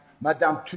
Madame